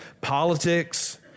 politics